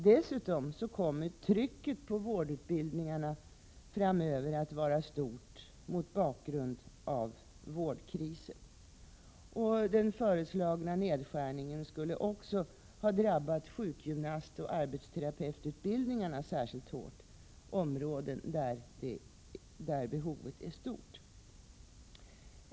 Dessutom kommer trycket på vårdutbildningarna att vara stort mot bakgrund av vårdkrisen. Den föreslagna nedskärningen skulle också drabba sjukgymnastoch arbetsterapeututbildningarna särskilt hårt, områden där behoven är stora.